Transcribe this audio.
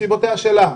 מסיבותיה שלה,